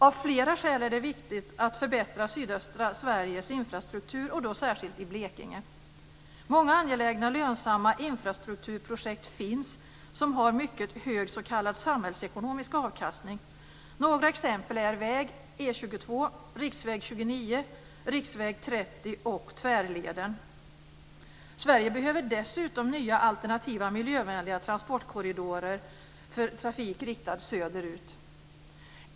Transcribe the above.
Av flera skäl är det viktigt att förbättra sydöstra Sveriges infrastruktur och då särskilt i Blekinge. Det finns många angelägna lönsamma infrastrukturprojekt som har mycket hög s.k. samhällsekonomisk avkastning. Några exempel är väg Sverige behöver dessutom nya alternativa miljövänliga transportkorridorer för trafik riktad söderut.